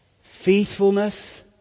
Faithfulness